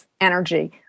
energy